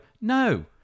no